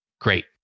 Great